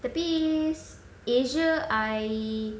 tapi asia I